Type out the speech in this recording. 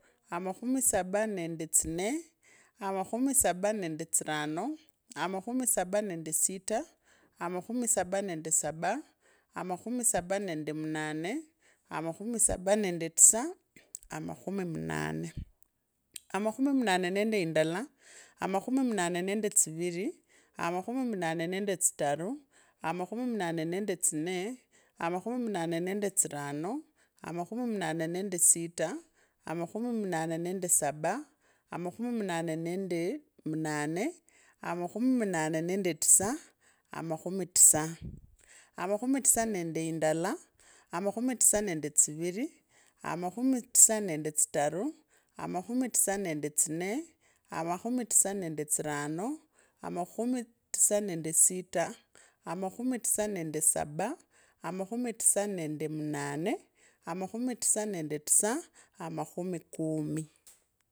Amakhumi sabaa nende tsinne, amakhumi saba nende tsirano, amakhumi saba nende sita, amakhumi saba nende saba, amakhumi saba nende munane, amakhumi saba nende tisa, amakhumi munane, amakhumi munane nende ndala, amakhumi munane nende tsiviri, amakhumi munane nende tsitaru, amakhumi munane nende tsinne, amakhumi munane nende tsirano, amakhumi munane nende sita, amakhumi munane nende saba, amakhumi munane nende munane, amakhumi munane nende tisa, amakhumi tisa, amakhumi tisa nende ndala, amakhumi tisa nende tsiviri, amakhumi tisa nende tsitaru, amakhumi tisa nende tsinne, amakhumi tisa nende tsirano, amakhumi tisa nende sita, amakhumi tisa nende saba, amakhumi tisa nende munane, amakhumi tisa nende tisa, amakhumi kumi.